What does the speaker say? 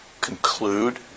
conclude